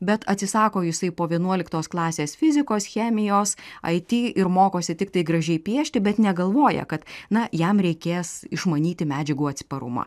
bet atsisako jisai po vienuoliktos klasės fizikos chemijos it ir mokosi tiktai gražiai piešti bet negalvoja kad na jam reikės išmanyti medžiagų atsparumą